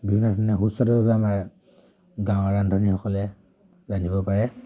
বিভিন্ন ধৰণে আমাৰ গাঁৱৰ ৰান্ধনীসকলে ৰান্ধিব পাৰে